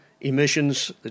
emissions